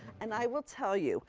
and i will tell you,